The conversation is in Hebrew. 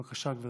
בבקשה, גברתי.